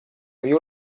viu